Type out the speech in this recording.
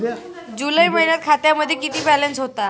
जुलै महिन्यात खात्यामध्ये किती बॅलन्स होता?